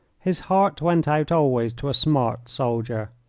his heart went out always to a smart soldier.